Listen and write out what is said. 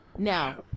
Now